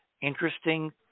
interesting